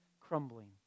crumbling